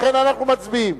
לכן אנחנו מצביעים.